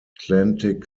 atlantic